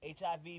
HIV